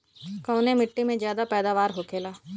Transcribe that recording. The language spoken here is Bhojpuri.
कवने मिट्टी में ज्यादा पैदावार होखेला?